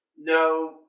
No